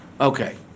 Okay